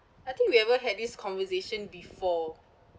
I think we ever had this conversation before